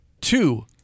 two